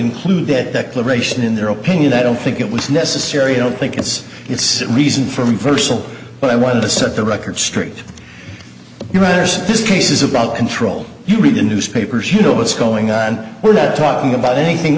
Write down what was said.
include that liberation in their opinion i don't think it was necessary i don't think it's it's that reason for me personally but i wanted to set the record straight you matters this case is about control you read the newspapers you know what's going on we're not talking about anything